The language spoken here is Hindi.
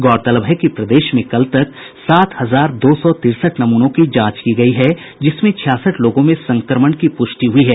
गौरतलब है कि प्रदेश में कल तक सात हजार दो सौ तिरसठ नमूनों की जांच की गई है जिसमें छियासठ लोगों में संक्रमण की पुष्टि हुई है